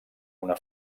una